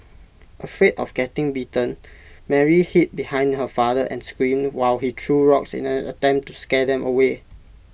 afraid of getting bitten Mary hid behind her father and screamed while he threw rocks in an attempt to scare them away